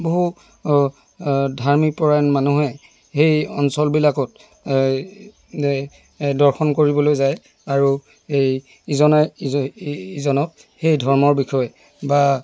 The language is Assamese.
বহু ধাৰ্মী পৰায়ণ মানুহে সেই অঞ্চলবিলাকত এই দৰ্শন কৰিবলৈ যায় আৰু এই ইজনে ইজনক সেই ধৰ্মৰ বিষয়ে বা